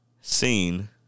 seen